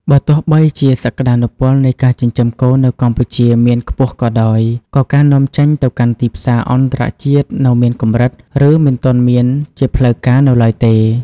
បើទោះបីជាសក្តានុពលនៃការចិញ្ចឹមគោនៅកម្ពុជាមានខ្ពស់ក៏ដោយ ក៏ការនាំចេញទៅកាន់ទីផ្សារអន្តរជាតិនៅមានកម្រិត ឬមិនទាន់មានជាផ្លូវការនៅឡើយទេ។